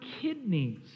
kidneys